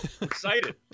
excited